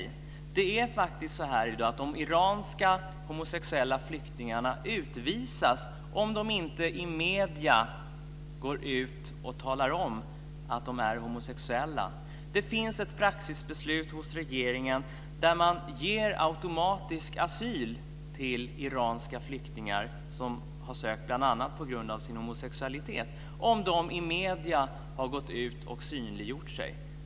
I dag är det faktiskt så att de iranska homosexuella flyktingarna utvisas om de inte i medierna går ut och talar om att de är homosexuella. Det finns ett praxisbeslut hos regeringen om att automatiskt ge asyl till iranska flyktingar som har sökt bl.a. på grund av sin homosexualitet om de i medierna har gått ut och synliggjort sig.